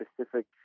specific